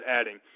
adding